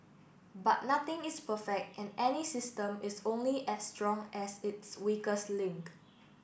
but nothing is perfect and any system is only as strong as its weakest link